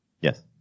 Yes